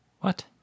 What